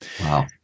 Wow